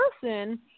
person